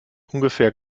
ungefähr